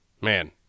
man